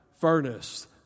furnace